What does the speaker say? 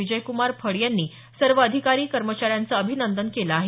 विजयक्रमार फड यांनी सर्व अधिकारी कर्मचार्यांचं अभिनंदन केलं आहे